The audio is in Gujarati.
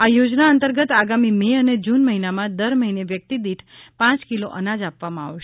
આ યોજના અંતર્ગત આગામી મે અને જૂન મહિનામાં દર મહિને વ્યક્તિ દીઠ પાંચ કિલો અનાજ આપવામાં આવશે